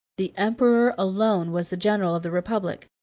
the emperor alone was the general of the republic,